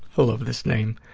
i love this name.